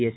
S